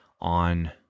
on